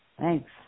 Thanks